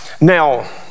now